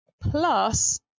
plus